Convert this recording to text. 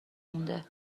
مونده